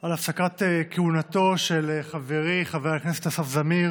על הפסקת כהונתו של חברי חבר הכנסת אסף זמיר